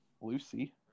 Lucy